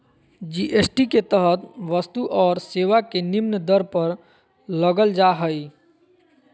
GST के तहत वस्तु और सेवा के निम्न दर पर लगल जा हइ